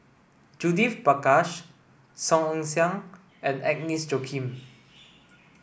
Judith Prakash Song Ong Siang and Agnes Joaquim